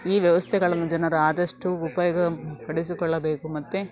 ಈ ವ್ಯವಸ್ಥೆಗಳನ್ನು ಜನರು ಆದಷ್ಟು ಉಪಯೋಗ ಪಡಿಸಿಕೊಳ್ಳಬೇಕು ಮತ್ತು